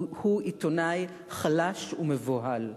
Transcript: הוא עיתונאי חלש ומבוהל.